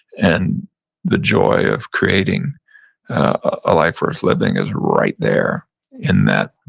and the joy of creating a life worth living is right there in that.